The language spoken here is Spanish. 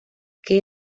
que